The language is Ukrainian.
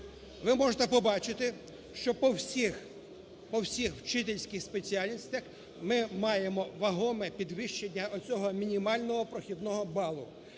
ви можете побачити, що по всіх, по всіх вчительських спеціальностях ми маємо вагоме підвищення оцього мінімального прохідного балу.